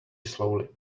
slowly